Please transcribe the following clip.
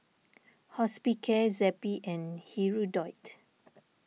Hospicare Zappy and Hirudoid